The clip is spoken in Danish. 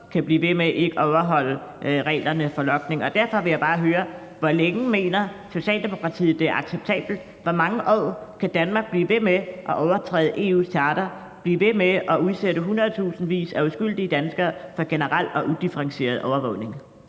kan blive ved med ikke at overholde reglerne for logning, og derfor vil jeg bare høre, hvor længe Socialdemokratiet mener det er acceptabelt. Hvor mange år kan Danmark blive ved med at overtræde EU's charter og blive ved med at udsætte hundredtusindvis af uskyldige danskere for generel og udifferentieret overvågning?